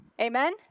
Amen